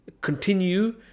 continue